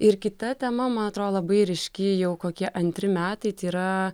ir kita tema man atrodo labai ryški jau kokie antri metai tai yra